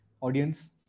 audience